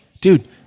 Dude